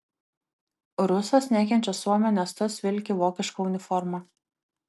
rusas nekenčia suomio nes tas vilki vokišką uniformą